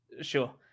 sure